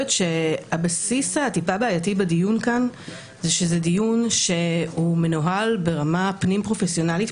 הבסיס הטיפה בעייתי בדיון כאן שהוא דיון שמנוהל ברמה פנים פרופסיונלית,